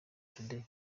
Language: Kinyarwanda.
tudeyi